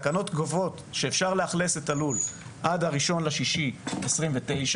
התקנות קובעות שאפשר לאכלס את הלול עד 1 ביוני 2029,